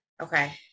Okay